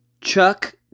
Chuck